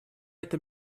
это